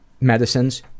medicines